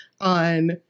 on